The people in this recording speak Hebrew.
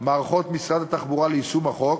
של מערכות משרד התחבורה ליישום החוק,